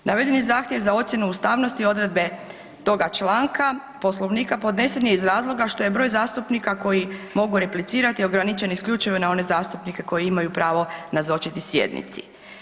Navedeni zahtjev za ocjenu ustavnosti odredbe toga članka Poslovnika podnesen je iz razloga što je broj zastupnika koji mogu replicirati ograničen isključivo na one zastupnike koji imaju pravo nazočiti sjednici.